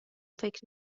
فکر